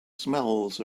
smells